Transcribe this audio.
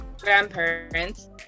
grandparents